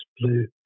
blue